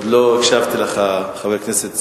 לא הקשבתי לך, חבר הכנסת זאב.